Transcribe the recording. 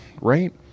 Right